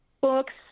books